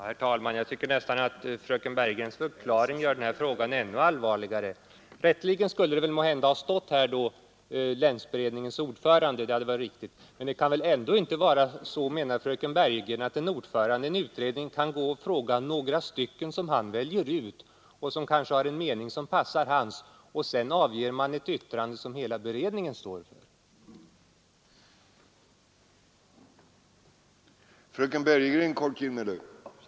Herr talman! Jag tycker att fröken Bergegrens förklaring gör den här saken ännu allvarligare. Rätteligen skulle det måhända ha stått ”länsberedningens ordförande” i stället för ”länsberedningen” — då hade det kanske varit riktigt. Men fröken Bergegren kan väl ändå inte mena att det kan få gå till så att en ordförande i en utredning går och frågar några stycken som han väljer ut och som kanske har en mening som passar hans och sedan avger ett yttrande som ger intryck av att hela beredningen står för det.